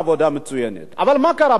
אבל מה קרה בעצם, אדוני היושב-ראש?